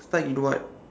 stuck in what